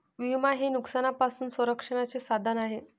विमा हे नुकसानापासून संरक्षणाचे साधन आहे